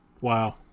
wow